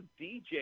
DJ